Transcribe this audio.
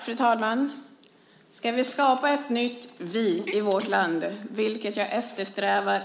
Fru talman! Om vi ska skapa ett nytt vi i vårt land, vilket jag dagligen eftersträvar,